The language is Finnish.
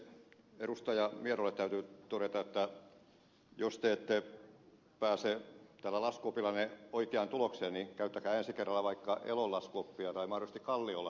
miedolle täytyy todeta että jos te ette pääse tällä laskuopillanne oikeaan tulokseen niin käyttäkää ensi kerralla vaikka elon laskuoppia tai mahdollisesti kallion laskuoppia